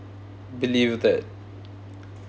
believe that